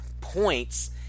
points